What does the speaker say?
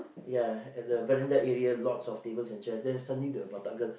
ya and the veranda area lots of table and chairs and suddenly the batak girl